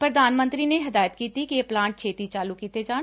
ਪ੍ਰਧਾਨ ਮੰਤਰੀ ਨੇ ਹਦਾਇਤ ਕੀਤੀ ਏ ਕਿ ਇਹ ਪਲਾਂਟ ਛੇਤੀ ਚਾਲੂ ਕੀਤੇ ਜਾਣ